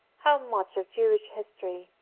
how much of jewish history,